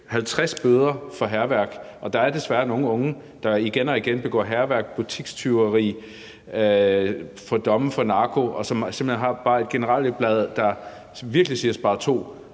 50 bøder for hærværk – der er desværre nogle unge, der igen og igen begår hærværk, butikstyveri, får domme for narko og simpelt hen har et generalieblad, der virkelig siger sparto